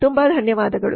ತುಂಬ ಧನ್ಯವಾದಗಳು